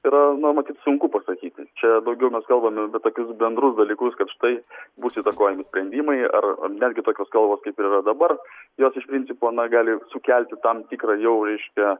yra na matyt sunku pasakyti čia daugiau mes kalbame apie tokius bendrus dalykus kad štai bus įtakojami sprendimai ar netgi tokios kalbos kaip ir yra dabar jos iš principo na gali sukelti tam tikrą jau reiškia